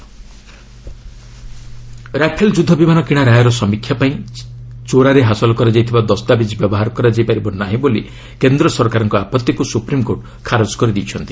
SC Rafale Rafale ଯୁଦ୍ଧ ବିମାନ କିଣା ରାୟର ସମୀକ୍ଷା ପାଇଁ ଚୋରାରେ ହାସଲ କରାଯାଇଥିବା ଦସ୍ତାବିଜ୍ ବ୍ୟବହାର କରାଯାଇ ପାରିବ ନାହିଁ ବୋଲି କେନ୍ଦ୍ର ସରକାରଙ୍କ ଆପତ୍ତିକୁ ସୁପ୍ରିମ୍କୋର୍ଟ ଖାରଜ କରିଦେଇଛନ୍ତି